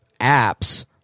apps